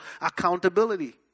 accountability